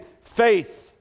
faith